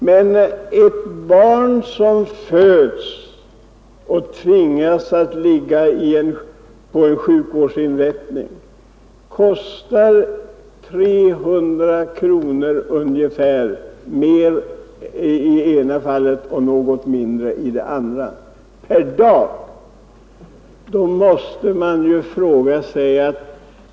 Men ett barn som föds och tvingas att ligga på en sjukvårdsinrättning kostar ungefär 300 kronor per dag.